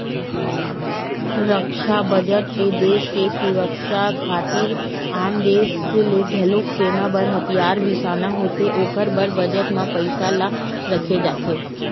रक्छा बजट म देस के सुरक्छा खातिर आन देस ले घलोक सेना बर हथियार बिसाना होथे ओखर बर बजट म पइसा ल रखे जाथे